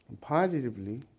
Positively